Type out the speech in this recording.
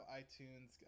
iTunes